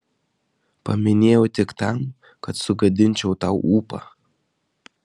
paminėjau tik tam kad sugadinčiau tau ūpą